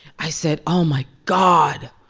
i said, oh, my god.